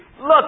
look